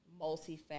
multifaceted